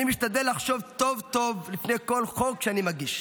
אני משתדל לחשוב טוב טוב לפני כל חוק שאני מגיש,